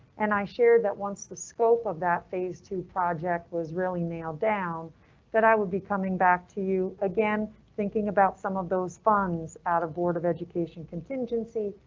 and i shared that once the scope of that phase two project was really nailed down that i would be coming back to you again. thinking about some of those funds out of board of education, contingency,